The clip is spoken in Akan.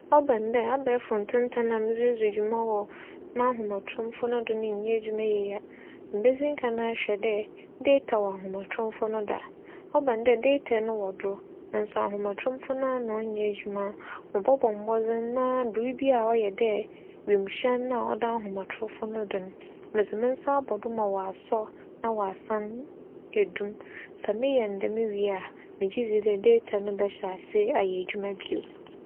ͻba no dɛ abaɛfor ntentan a medze ridzi dwuma wͻ m'ahomatromfo no do no nnyɛ edwuma yie a, mibedzi nkan ahwɛ dɛ deta wͻ ahomatromfo no do a ͻba no dɛ deta no wͻ do nso ahomatromfo naa na ͻnnyɛ edwuma, mobͻbͻ mbͻdzen na biribi a ͻyɛ dɛ wimuhyɛn no a ͻda ahomatromfo no do no medze me nsa abͻ do ma asͻ na ͻasan edum. Sɛ meyɛ no dɛm wie a, megye dzi dɛ deta no bɛhyɛ ase ayɛ edwuma bio.